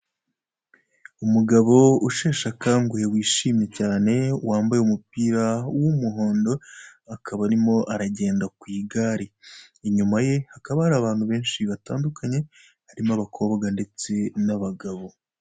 Umugabo usheshe akanguhe wishimye cyane wambaye umupira w'umuhondo akaba arimo aragenda ku igare. Inyuma ye hakaba hari abantu benshi batandukanye harimo abakobwa ndetse n'abagabo.